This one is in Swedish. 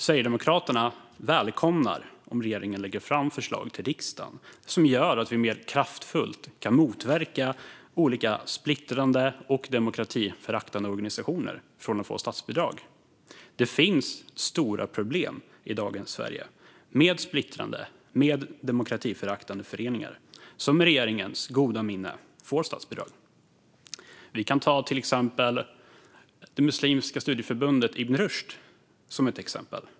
Sverigedemokraterna välkomnar om regeringen lägger fram förslag för riksdagen som gör att vi mer kraftfullt kan motverka att olika splittrande och demokratiföraktande organisationer får statsbidrag. Det finns stora problem i dagens Sverige med splittrande och demokratiföraktande föreningar som med regeringens goda minne får statsbidrag. Vi kan ta det muslimska studieförbundet Ibn Rushd som ett exempel.